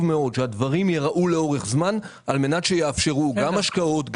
מאוד שהדברים ייראו לאורך זמן כדי שיאפשרו גם השקעות,